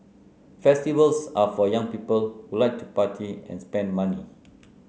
festivals are for young people who like to party and spend money